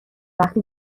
وقتی